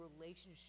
relationship